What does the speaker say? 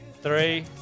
three